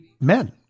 men